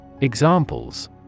Examples